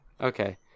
okay